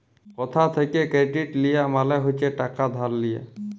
কথা থ্যাকে কেরডিট লিয়া মালে হচ্ছে টাকা ধার লিয়া